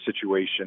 situation